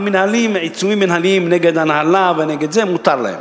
עיצומים מינהליים נגד ההנהלה, ונגד זה, מותר להם.